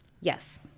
Yes